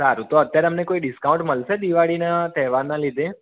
સારું તો અત્યારે અમને કોઈ ડિસ્કાઉન્ટ મળશે દિવાળીના તહેવારના લીધે